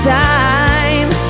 time